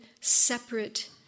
separate